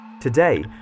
Today